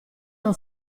non